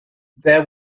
there